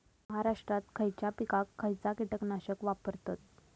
महाराष्ट्रात खयच्या पिकाक खयचा कीटकनाशक वापरतत?